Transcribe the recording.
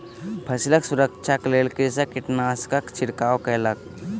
फसिलक सुरक्षाक लेल कृषक कीटनाशकक छिड़काव कयलक